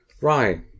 Right